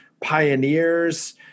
pioneers